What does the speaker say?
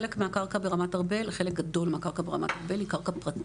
חלק גדול מהקרקע ברמת ארבל היא קרקע פרטית,